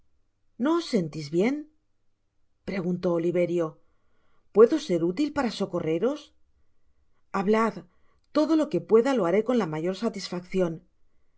noos sentis bien preguntó oliverio puedo ser útil para socorreros hablad todo lo que pueda lo haré con la mayor satisfaccion